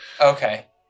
Okay